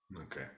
Okay